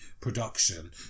production